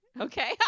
okay